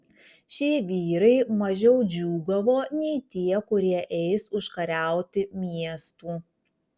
šie vyrai mažiau džiūgavo nei tie kurie eis užkariauti miestų